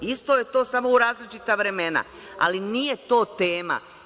Isto je to, samo u različita vremena, ali nije to tema.